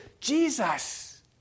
Jesus